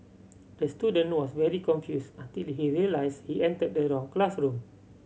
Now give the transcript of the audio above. the student was very confused until he realised he entered the wrong classroom